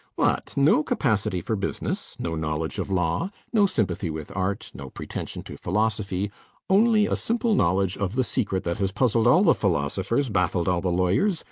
what! no capacity for business, no knowledge of law, no sympathy with art, no pretension to philosophy only a simple knowledge of the secret that has puzzled all the philosophers, baffled all the lawyers,